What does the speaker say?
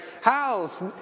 House